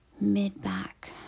mid-back